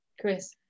Chris